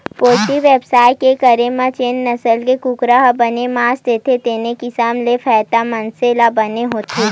poultry बेवसाय के करे म जेन नसल के कुकरा ह बने मांस देथे तेने हिसाब ले फायदा मनसे ल बने होथे